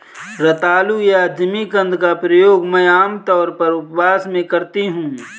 रतालू या जिमीकंद का प्रयोग मैं आमतौर पर उपवास में करती हूँ